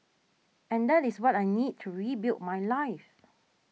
and that is what I need to rebuild my life